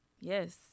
Yes